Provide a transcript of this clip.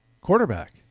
quarterback